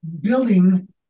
building